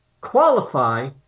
qualify